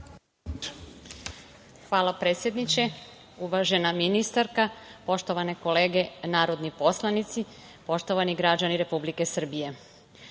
Hvala, predsedniče. Uvažena ministarka, poštovane kolege narodni poslanici, poštovani građani Republike Srbije,